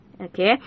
okay